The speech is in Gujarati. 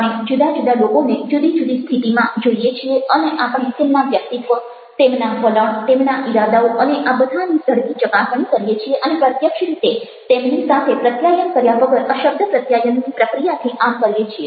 આપણે જુદા જુદા લોકોને જુદી જુદી સ્થિતિમાં જોઈએ છીએ અને આપણે તેમના વ્યક્તિત્વ તેમના વલણ તેમના ઈરાદાઓ અને આ બધાની ઝડપી ચકાસણી કરીએ છીએ અને પ્રત્યક્ષ રીતે તેમની સાથે પ્રત્યાયન કર્યા વગર અશબ્દ પ્રત્યાયનની પ્રક્રિયાથી આમ કરીએ છીએ